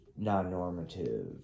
Non-normative